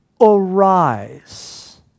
Arise